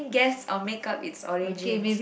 guess or makeup its origin